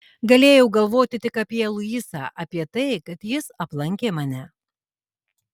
galėjau galvoti tik apie luisą apie tai kad jis aplankė mane